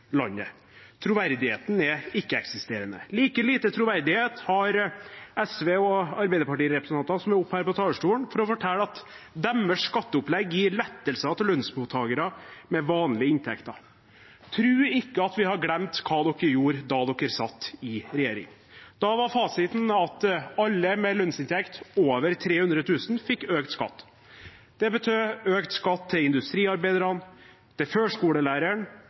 landet. Troverdigheten er ikke-eksisterende. Like lite troverdighet har SV- og Arbeiderparti-representantene som er her oppe på talerstolen for å fortelle at deres skatteopplegg gir lettelser til lønnsmottakere med vanlige inntekter. Tro ikke at vi har glemt hva de gjorde da de satt i regjering. Da var fasiten at alle med lønnsinntekt over 300 000 kr fikk økt skatt. Det betød økt skatt til industriarbeideren, til førskolelæreren